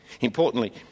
importantly